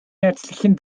herzlichen